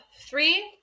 three